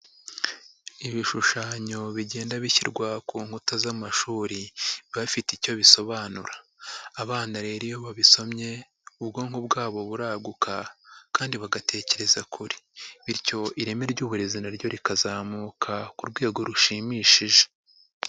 Ibishushanyo bigenda bishyirwa ku nkuta z'amashuri biba bifite icyo bisobanura. Abana rero iyo babisomye ubwonko bwabo buraguka kandi bagatekereza kure, bityo ireme ry'uburezi naryo rikazamuka ku rwego rushimishije.